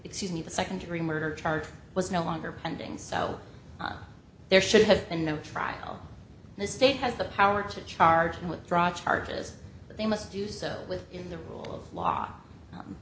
excuse me the second degree murder charge was no longer pending so there should have been no trial and the state has the power to charge me with fraud charges but they must do so with in the rule of law